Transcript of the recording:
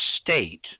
state